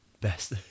best